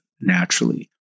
naturally